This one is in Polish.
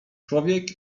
człowiek